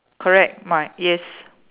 correct my yes